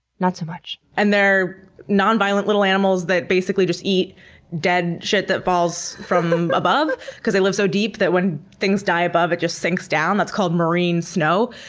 notsomuch. and they're non-violent little animals that basically just eat dead shit that falls from above because they lived so deep that when things die above, it just sinks down. that's called marine snow.